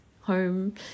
home